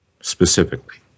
specifically